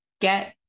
get